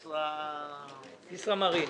ישראמרין.